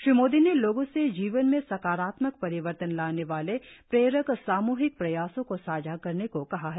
श्रीमोदी ने लोगों से जीवन में सकारात्मक परिवर्तन लाने वाले प्रेरक साम्हिक प्रयासों को साझा करने को कहा है